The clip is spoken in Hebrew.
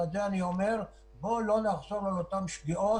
אז בואו לא נחזור על אותן שגיאות,